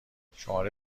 شماره